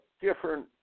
different